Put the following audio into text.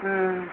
हम्म